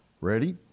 Ready